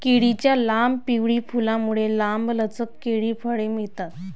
केळीच्या लांब, पिवळी फुलांमुळे, लांबलचक केळी फळे येतात